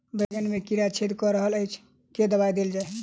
बैंगन मे कीड़ा छेद कऽ रहल एछ केँ दवा देल जाएँ?